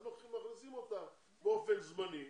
אז מכניסים אותם באופן זמני,